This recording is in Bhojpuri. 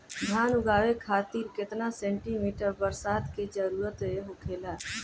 धान उगावे खातिर केतना सेंटीमीटर बरसात के जरूरत होखेला?